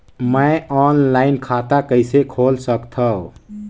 मैं ऑनलाइन खाता कइसे खोल सकथव?